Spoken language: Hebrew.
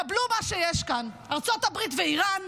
קבלו מה שיש כאן, ארצות הברית ואיראן,